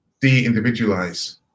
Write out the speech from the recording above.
de-individualize